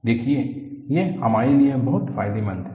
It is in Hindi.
देखिए यह हमारे लिए बहुत फायदेमंद है